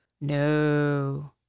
No